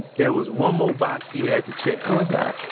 there was one more box he had to check what was that?